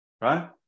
right